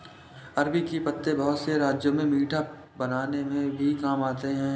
अरबी के पत्ते बहुत से राज्यों में पीठा बनाने में भी काम आते हैं